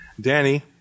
Danny